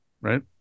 right